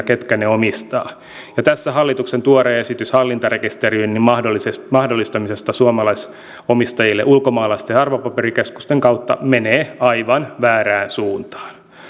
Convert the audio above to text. ketkä ne omistavat ja tässä hallituksen tuore esitys hallintarekisteröinnin mahdollistamisesta suomalaisomistajille ulkomaalaisten arvopaperikeskusten kautta menee aivan väärään suuntaa